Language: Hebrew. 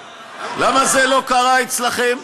למה זה לא קרה אצלכם?